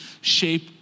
shape